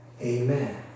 Amen